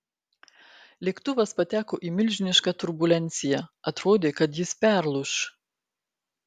lėktuvas pateko į milžinišką turbulenciją atrodė kad jis perlūš